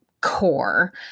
core